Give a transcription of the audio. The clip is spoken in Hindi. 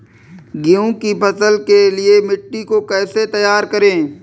गेहूँ की फसल के लिए मिट्टी को कैसे तैयार करें?